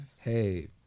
hey